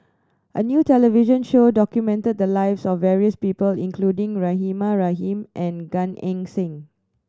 a new television show documented the lives of various people including Rahimah Rahim and Gan Eng Seng